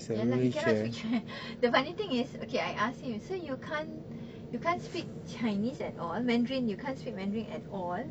ya lah he cannot speak chi~ the funny thing is okay I asked him so you can't you can't speak chinese at all mandarin you can't speak mandarin at all